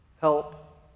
help